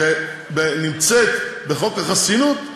שנמצאת בחוק החסינות,